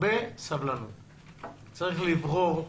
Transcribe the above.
צריך לברור,